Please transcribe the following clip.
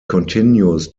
continues